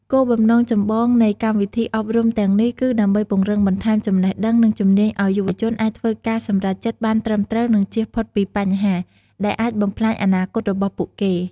គោលបំណង ចម្បងនៃកម្មវិធីអប់រំទាំងនេះគឺ ដើម្បីពង្រឹងបន្ថែមចំណេះដឹង និងជំនាញឱ្យយុវជនអាចធ្វើការសម្រេចចិត្តបានត្រឹមត្រូវ និងចៀសផុតពីបញ្ហា ដែលអាចបំផ្លាញអនាគតរបស់ពួកគេ។